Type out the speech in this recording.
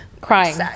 Crying